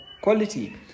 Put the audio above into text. quality